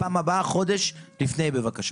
בפעם הבאה, חודש לפני בבקשה.